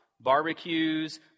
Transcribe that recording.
Barbecues